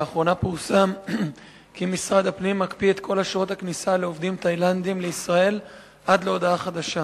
לאחרונה פורסם כי משרד הפנים מקפיא עד להודעה חדשה